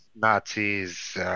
Nazis